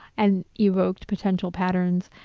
and evoked potential patterns,